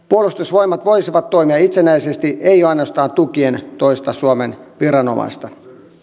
puolustusvoimat voisivat toimia itsenäisesti ei ainoastaan tukien toista suomen viranomaista